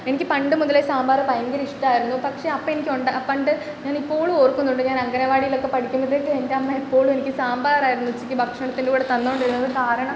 എനിക്ക് പണ്ട് മുതലേ സാമ്പാർ ഭയങ്കര ഇഷ്ടമായിരുന്നു പക്ഷേ അപ്പം എനിക്ക് ഒണ്ടാ പണ്ട് ഞാനിപ്പോളും ഓർക്കുന്നുണ്ട് ഞാൻ അങ്കനവാടീലക്കെ പഠിക്കുമ്പോഴ്ത്തേക്ക് എൻ്റമ്മ എപ്പോഴും എനിക്ക് സാമ്പാറായിരുന്നു ഉച്ചക്ക് ഭക്ഷണത്തിൻ്റെ കൂടെ തന്നോണ്ടിരുന്നത് കാരണം